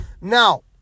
Now